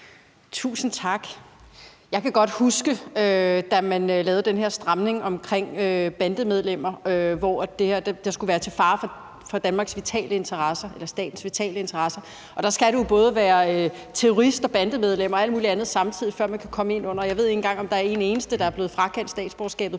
Tusind tak. Jeg kan godt huske, da man lavede den her stramning omkring bandemedlemmer i de tilfælde, hvor det var til fare for statens vitale interesser, og der skal man jo både være terrorist og bandemedlem og alt muligt andet samtidig, før man kan komme ind under det – jeg ved ikke engang, om der er en eneste, der er blevet frakendt statsborgerskabet